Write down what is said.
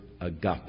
agape